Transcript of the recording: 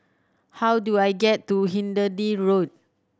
how do I get to Hindhede Road